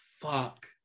fuck